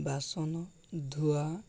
ବାସନ ଧୁଆ